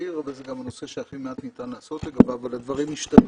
האוויר אבל זה גם הנושא שהכי מעט ניתן לעשות לגביו אבל הדברים השתנו.